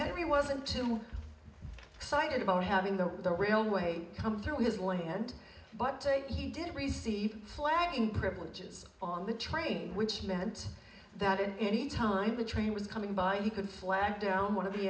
it wasn't too excited about having the railway come through his land but he did receive flagging privileges on the train which meant that in any time a train was coming by he could flag down one of the